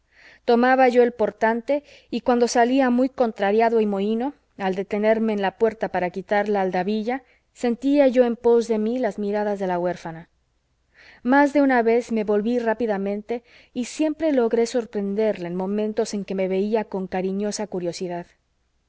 tomaba yo el portante y cuando salía muy contrariado y mohino al detenerme en la puerta para quitar la aldabilla sentía yo en pos de mí las miradas de la huérfana más de una vez me volví rápidamente y siempre logré sorprenderla en momentos en que me veía con cariñosa curiosidad